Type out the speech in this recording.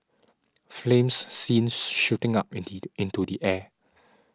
flames seen shooting up into the air